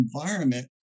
environment